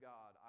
God